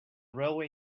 railway